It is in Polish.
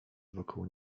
wokół